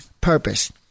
purpose